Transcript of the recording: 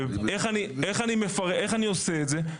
איך אני עושה את זה?